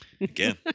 again